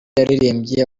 yaririmbye